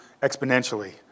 exponentially